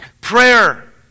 Prayer